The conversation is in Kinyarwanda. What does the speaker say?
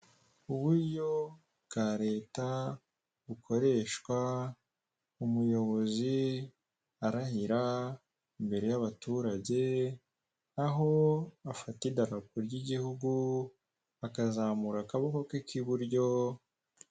Uburyo bwa Leta bukoreshwa umuyobozi arahira imbere y'abaturage aho afata idarapo ry'igihugu akazamura akaboke ke k'iburyo..,,